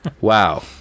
wow